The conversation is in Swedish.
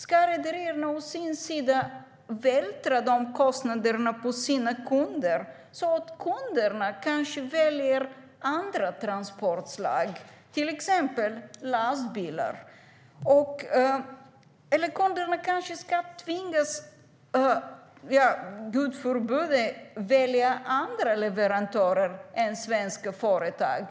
Ska rederierna å sin sida vältra de kostnaderna på sina kunder, så att kunderna kanske väljer andra transportslag - till exempel lastbilar? Eller ska kunderna kanske - Gud förbjude - tvingas välja andra leverantörer än svenska företag?